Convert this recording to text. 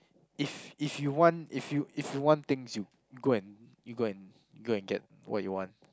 if if you want if you if you want things you go and you go and you go and get what you want